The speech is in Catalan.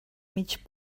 mig